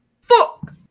Fuck